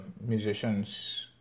musicians